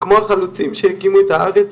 כמו החלוצים שהקימו את הארץ,